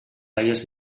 talles